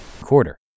quarter